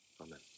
Amen